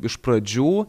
iš pradžių